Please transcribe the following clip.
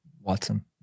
Watson